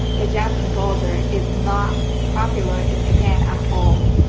the jazz composer is not popular in japan at all.